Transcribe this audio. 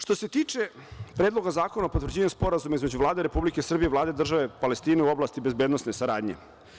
Što se tiče Predloga zakona o potvrđivanju Sporazuma između Vlade Republike Srbije i Vlade države Palestine u oblasti bezbednosne saradnje.